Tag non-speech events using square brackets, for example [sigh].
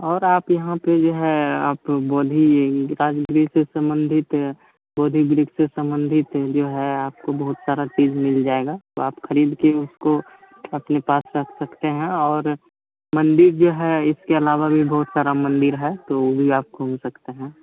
और आप यहाँ पे जो है आपको बोधी विकास [unintelligible] से संबंधित बौद्धिक बृछ से संबंधित जो है आपको बहुत सारा चीज मिल जाएगा तो आप खरीद के उसको अपने पास रख सकते हैं और मंदिर जो है इसके अलावा भी बहुत सारा मंदिर है तो वो भी आप घूम सकते हैं